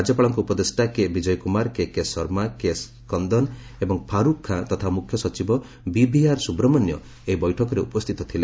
ରାଜ୍ୟପାଳଙ୍କ ଉପଦେଷ୍ଟା K Vijay Kumar KK Sharma K Skandan ଏବଂ ଫାରୁଖ୍ ଖାଁ ତଥା ମୁଖ୍ୟ ସଚିବ ବିଭିଆର୍ ସୁବ୍ରମଣ୍ୟ ଏହି ବୈଠକରେ ଉପସ୍ଥିତ ଥିଲେ